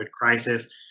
crisis